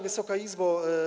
Wysoka Izbo!